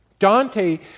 Dante